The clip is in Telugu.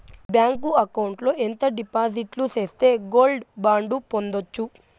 బ్యాంకు అకౌంట్ లో ఎంత డిపాజిట్లు సేస్తే గోల్డ్ బాండు పొందొచ్చు?